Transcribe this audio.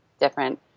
different